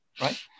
right